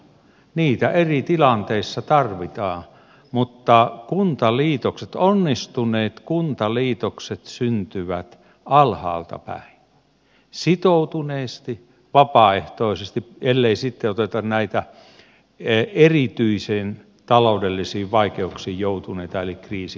niitä eri tilanteissa tarvitaan mutta onnistuneet kuntaliitokset syntyvät alhaaltapäin sitoutuneesti vapaaehtoisesti ellei sitten oteta näitä erityisiin taloudellisiin vaikeuksiin joutuneita eli kriisikuntia